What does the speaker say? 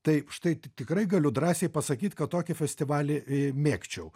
tai štai tikrai galiu drąsiai pasakyt kad tokį festivalį mėgčiau